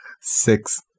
Six